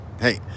hey